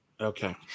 Okay